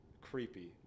creepy